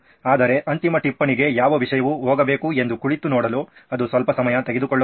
ಆದರೆ ಅಂತಿಮ ಟಿಪ್ಪಣಿಗೆ ಯಾವ ವಿಷಯವು ಹೋಗಬೇಕು ಎಂದು ಕುಳಿತು ನೋಡಲು ಅದು ಸ್ವಲ್ಪ ಸಮಯ ತೆಗೆದುಕೊಳ್ಳಬಹುದು